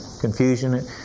Confusion